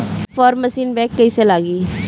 Form machine bank कईसे लागी?